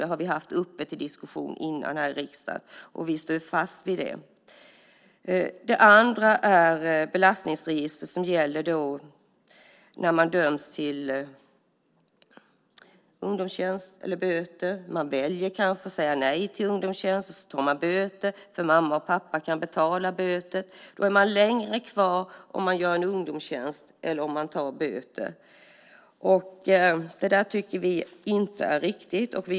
Det har vi haft uppe till diskussion tidigare här i riksdagen, och vi står fast vid det. Den andra gäller belastningsregistret när man döms till ungdomstjänst eller böter. Man kanske väljer att säga nej till ungdomstjänst och tar böter som mamma och pappa betalar. Men gör man ungdomstjänst är man kvar längre i belastningsregistret än om man tar böter. Det är inte riktigt, tycker vi.